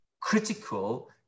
critical